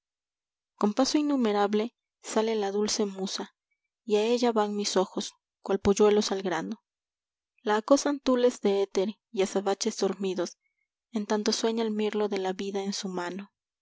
con paso innumerable sale la dulce musa ya ella van mis ojos cual polluelos al grano la acosan tules de éter y azabaches dormidos en tanto sueña el mirlo de la vida en su mano